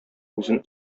үзен